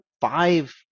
five